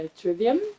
Trivium